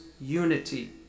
unity